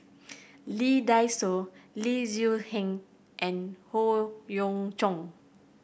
Lee Dai Soh Lee Tzu Pheng and Howe Yoon Chong